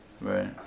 Right